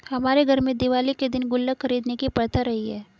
हमारे घर में दिवाली के दिन गुल्लक खरीदने की प्रथा रही है